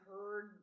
heard